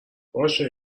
باشه